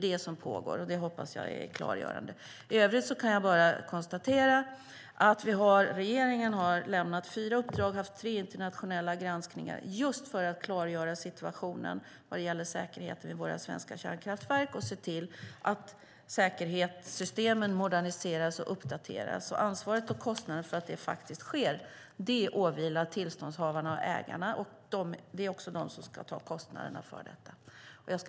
Det pågår, och jag hoppas att svaret var klargörande. I övrigt kan jag konstatera att regeringen har lämnat fyra uppdrag och det har varit tre internationella granskningar just för att klargöra situationen vad gäller säkerheten vid våra svenska kärnkraftverk och se till att säkerhetssystemen moderniseras och uppdateras. Ansvaret och kostnaden för att det faktiskt sker åvilar tillståndshavarna och ägarna, och det är de som ska ta kostnaderna.